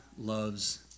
loves